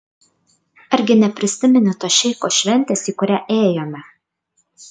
argi neprisimeni tos šeicho šventės į kurią ėjome